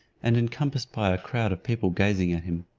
and encompassed by a crowd of people gazing at him.